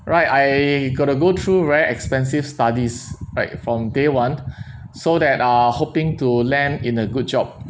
right I got to go through very expensive studies right from day one so that uh hoping to land in a good job